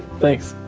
thanks.